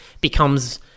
becomes